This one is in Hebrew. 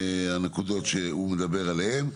הנקודות שהוא מדבר עליהן.